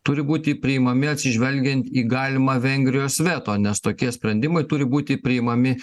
turi būti priimami atsižvelgiant į galimą vengrijos veto nes tokie sprendimai turi būti priimami